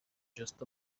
just